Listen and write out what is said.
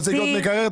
אתה רוצה לקנות מקרר,